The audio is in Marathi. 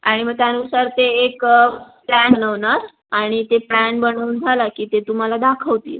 आणि मग त्यानुसार ते एक प्लॅन बनवणार आणि ते प्लॅन बनवून झाला की ते तुम्हाला दाखवतील